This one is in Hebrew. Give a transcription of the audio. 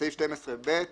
"בסעיף 12ב,